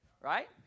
Right